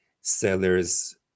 sellers